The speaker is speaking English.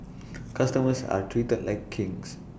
customers are treated like kings